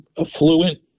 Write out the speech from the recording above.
affluent